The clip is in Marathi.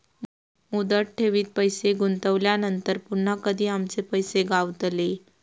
मुदत ठेवीत पैसे गुंतवल्यानंतर पुन्हा कधी आमचे पैसे गावतले?